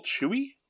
chewy